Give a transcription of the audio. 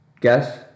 guess